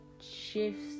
shifts